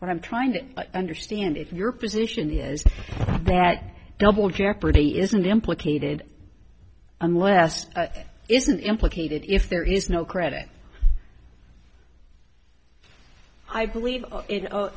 what i'm trying to understand is your position is that double jeopardy isn't implicated unless it isn't implicated if there is no credit i believe in